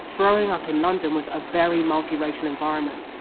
growing up in london was a very multiracial environment.